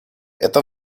это